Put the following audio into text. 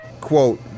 quote